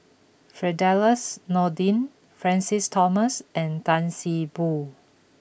Firdaus Nordin Francis Thomas and Tan See Boo